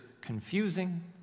confusing